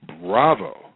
Bravo